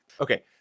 Okay